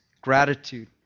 gratitude